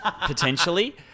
potentially